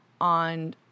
on